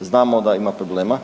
Znamo da ima problema